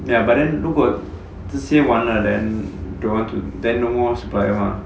ya but then 如果这些完了 then don't want to then no more supplier 的话